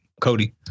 Cody